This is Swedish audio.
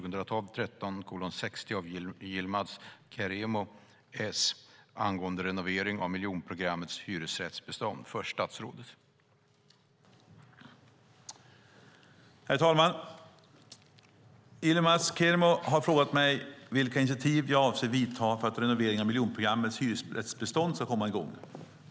Herr talman! Yilmaz Kerimo har frågat mig vilka initiativ jag avser vidta för att renoveringarna av miljonprogrammets hyresrättsbestånd ska komma i gång.